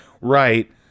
Right